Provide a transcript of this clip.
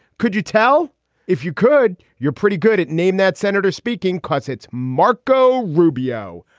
could you tell if you could? you're pretty good at name that senator speaking cause it's marco rubio.